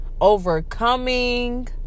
overcoming